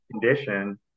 condition